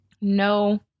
No